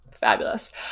Fabulous